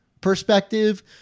perspective